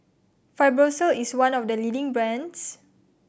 Fibrosol is one of the leading brands